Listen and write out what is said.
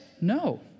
No